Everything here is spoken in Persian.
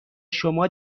شما